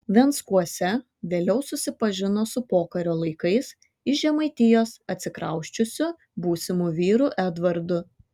venckuose vėliau susipažino su pokario laikais iš žemaitijos atsikrausčiusiu būsimu vyru edvardu